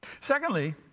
Secondly